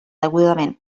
degudament